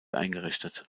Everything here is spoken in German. eingerichtet